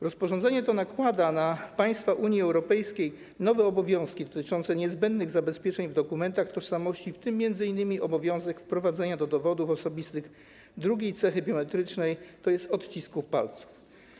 Rozporządzenie to nakłada na państwa Unii Europejskiej nowe obowiązki dotyczące niezbędnych zabezpieczeń w dokumentach tożsamości, w tym m.in. obowiązek wprowadzenia do dowodów osobistych drugiej cechy biometrycznej, tj. odcisków palców.